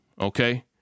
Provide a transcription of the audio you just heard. Okay